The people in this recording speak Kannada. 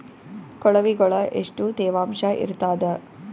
ಕೊಳವಿಗೊಳ ಎಷ್ಟು ತೇವಾಂಶ ಇರ್ತಾದ?